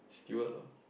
steward lor